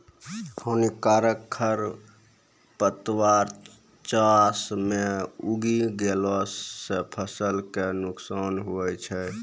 हानिकारक खरपतवार चास मॅ उगी गेला सा फसल कॅ बहुत नुकसान होय छै